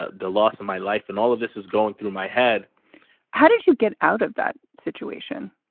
ah the loss of my life. and all of this is going through my head how did you get out of that situation?